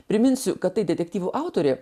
priminsiu kad tai detektyvų autorė